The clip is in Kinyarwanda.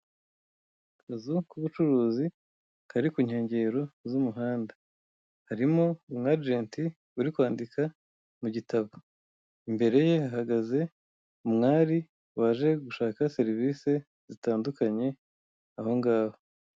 Akazu k'ubucuruzi kari ku nkengero z'umuhanda harimo umwajenti uri kwandika mu gitabo, imbere ye hahagaze umwari waje gushaka serivise zitandukanye ahongaho.